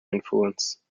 influence